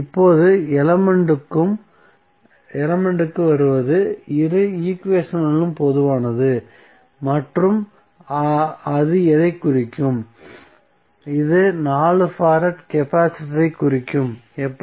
இப்போது எலமெண்ட்க்கு வருவது இரு ஈக்குவேஷன்களிலும் பொதுவானது மற்றும் அது எதைக் குறிக்கும் இது 4 ஃபாரட் கெபாசிட்டரைக் குறிக்கும் எப்படி